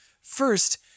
First